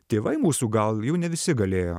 tėvai mūsų gal jau ne visi galėjo